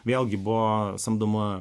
vėlgi buvo samdoma